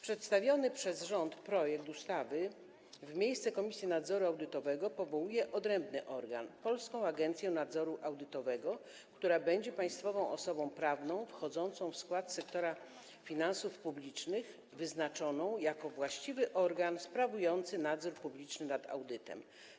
Przedstawiony przez rząd projekt ustawy w miejsce Komisji Nadzoru Audytowego powołuje odrębny organ - Polską Agencję Nadzoru Audytowego, która będzie państwową osobą prawną wchodzącą w skład sektora finansów publicznych, wyznaczoną jako właściwy organ sprawujący nadzór publiczny nad audytem.